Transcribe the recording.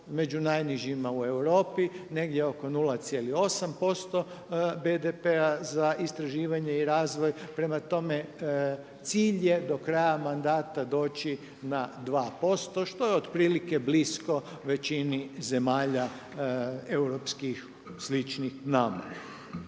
među najnižima u Europi negdje oko 0,8% BDP-a za istraživanje i razvoj. Prema tome, cilj je do kraja mandata doći na 2% što je otprilike blisko većini zemalja europskih sličnih nama.